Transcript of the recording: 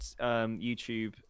YouTube